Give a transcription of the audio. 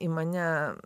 į mane